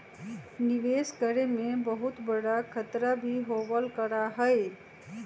निवेश करे में बहुत बडा खतरा भी होबल करा हई